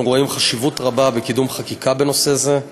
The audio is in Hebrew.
אנו רואים חשיבות רבה בקידום חקיקה בנושא זה,